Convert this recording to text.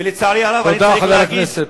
תודה, חבר הכנסת.